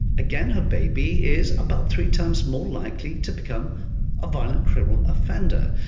again her baby is about three times more likely to become a violent criminal offender.